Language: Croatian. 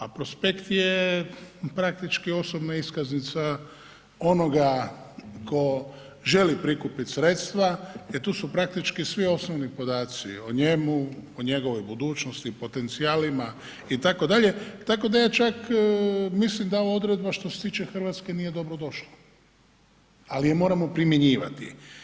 A prospekt je praktički osobna iskaznica onoga tko želi prikupiti sredstva jel tu su svi osnovni podaci o njemu, o njegovoj budućnosti, potencijalima itd. tako da ja čak mislim da ova odredba što se tiče Hrvatske nije dobrodošla, ali je moramo primjenjivati.